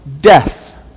death